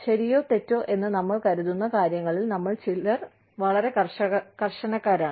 ശരിയോ തെറ്റോ എന്ന് നമ്മൾ കരുതുന്ന കാര്യങ്ങളിൽ നമ്മിൽ ചിലർ വളരെ കർക്കശക്കാരാണ്